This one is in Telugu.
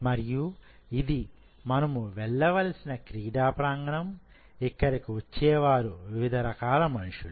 మరియు ఇది మనము వెళ్ళవలసిన క్రీడా ప్రాంగణం ఇక్కడకు వచ్చేవారు వివిధ రకాల మనుషులు